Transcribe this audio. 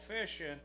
fishing